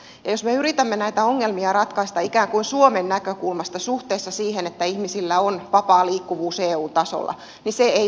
jos me yritämme näitä ongelmia ratkaista ikään kuin suomen näkökulmasta suhteessa siihen että ihmisillä on vapaa liikkuvuus eu tasolla niin se ei välttämättä toimi